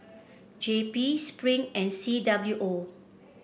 J P Spring and C W O